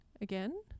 again